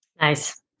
Nice